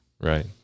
Right